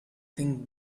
think